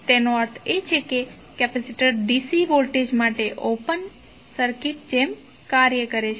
તેનો અર્થ એ કે કેપેસિટર DC વોલ્ટેજ માટે ઓપન સર્કિટની જેમ કાર્ય કરે છે